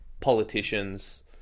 Politicians